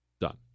Done